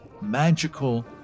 magical